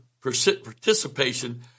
participation